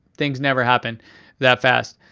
things never happen that fast.